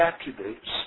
attributes